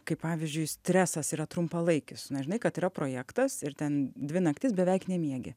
kaip pavyzdžiui stresas yra trumpalaikis na žinai kad yra projektas ir ten dvi naktis beveik nemiegi